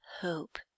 hope